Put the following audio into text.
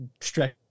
stretch